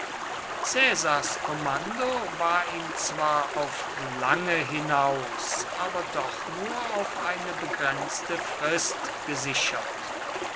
caesars kommando war ihm zwar auf lange hinaus aber doch nur auf eine begrenzte frist gesichert